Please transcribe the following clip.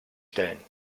stellen